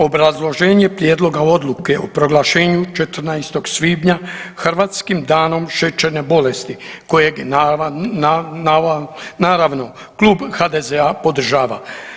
Obrazloženje prijedloga odluke o proglašenju 14. svibnja Hrvatskim danom šećerne bolesti kojeg naravno klub HDZ-a proglašava.